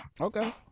Okay